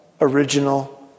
original